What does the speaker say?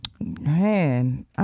Man